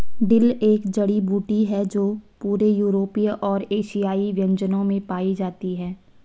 dill एक जड़ी बूटी है जो पूरे यूरोपीय और एशियाई व्यंजनों में पाई जाती है